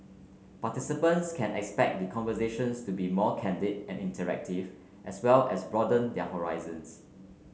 participants can expect the conversations to be more candid and interactive as well as broaden their horizons